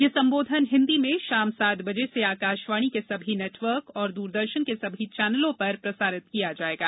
यह संबोधन हिन्दी में शाम सात बजे से आकाशवाणी के सभी नेटवर्क और दूरदर्शन के सभी चैनलों पर प्रसारित किया जायेगा